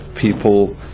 people